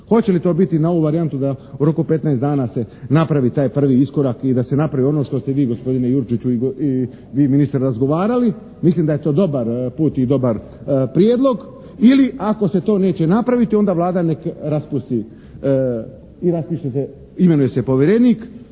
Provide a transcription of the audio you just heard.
Hoće li to biti na ovu varijantu da u roku od petnaest dana se napravi taj prvi iskorak i da se napravi ono što ste vi gospodine Jurčiću i vi ministre razgovarali. Mislim da je to dobar put i dobar prijedlog. Ili ako se to neće napraviti onda Vlada neka raspusti i raspiše se, imenuje se povjerenik